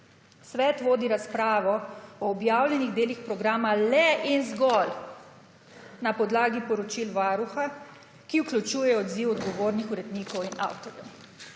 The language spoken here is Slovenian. Svet vodi razpravo o objavljenih delih programa le in zgolj na podlagi poročil varuha, ki vključujejo odziv odgovornih urednikov in avtorjev.«